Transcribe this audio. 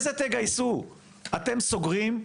אתם סוגרים,